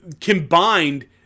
combined